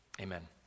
Amen